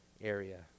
area